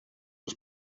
los